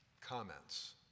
Comments